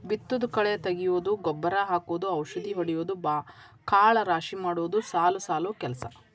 ಬಿತ್ತುದು ಕಳೆ ತಗಿಯುದು ಗೊಬ್ಬರಾ ಹಾಕುದು ಔಷದಿ ಹೊಡಿಯುದು ಕಾಳ ರಾಶಿ ಮಾಡುದು ಸಾಲು ಸಾಲು ಕೆಲಸಾ